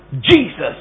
Jesus